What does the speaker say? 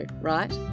right